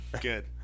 Good